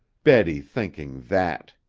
betty thinking that!